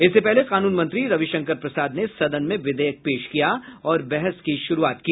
इससे पहले कानून मंत्री रविशंकर प्रसाद ने सदन में विधेयक पेश किया और बहस की शुरूआत की